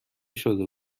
شده